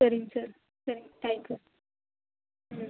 சரிங்க சார் சரிங்க thank you ம்